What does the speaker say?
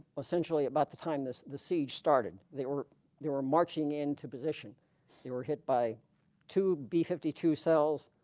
essentially about the time this the siege started they were they were marching into position they were hit by two b fifty two cells